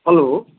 hello